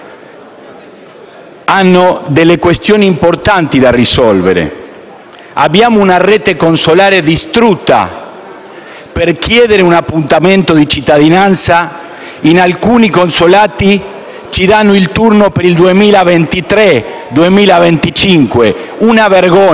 hanno delle questioni importanti da risolvere. Abbiamo una rete consolare distrutta. Per chiedere un appuntamento di cittadinanza in alcuni consolati ci danno il turno per il 2023 o 2025, una vergogna!